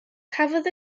cafodd